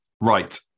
Right